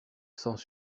sans